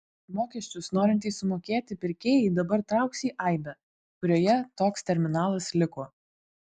mokesčius norintys sumokėti pirkėjai dabar trauks į aibę kurioje toks terminalas liko